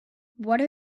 what